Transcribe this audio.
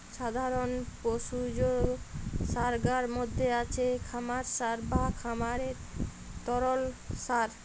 সাধারণ পশুজ সারগার মধ্যে আছে খামার সার বা খামারের তরল সার